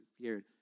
scared